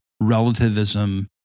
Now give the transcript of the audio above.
relativism